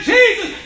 Jesus